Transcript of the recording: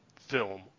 film